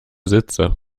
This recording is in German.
sitze